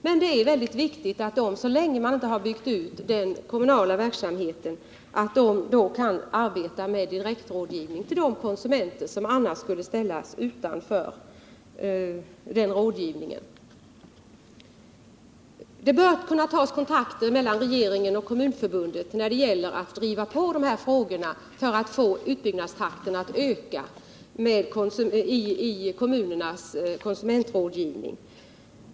Men så länge man inte har byggt ut den kommunala verksamheten är det väldigt viktigt att de kan arbeta med direktrådgivning till de konsumenter som annars skulle ställas utanför den rådgivningen. Kontakter bör kunna tas mellan regeringen och Kommunförbundet när det gäller att driva på för att få utbyggnadstakten i kommunernas konsumentrådgivning att öka.